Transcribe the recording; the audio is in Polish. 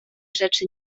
rzeczy